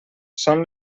són